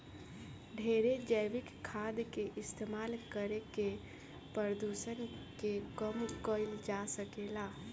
ढेरे जैविक खाद के इस्तमाल करके प्रदुषण के कम कईल जा सकेला